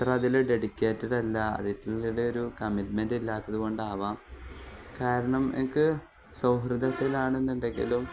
അത്ര അതിൽ ഡെഡിക്കേറ്റഡ് അല്ല അതിനോട് ഒരു കമിറ്റ്മെൻ്റ് ഇല്ലാത്തത് കൊണ്ടാവാം കാരണം എനിക്ക് സൗഹൃദത്തിലാണെന്നുണ്ടെങ്കിലും